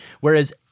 Whereas